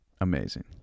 Amazing